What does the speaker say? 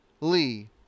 Lee